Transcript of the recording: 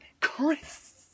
Chris